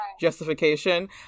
justification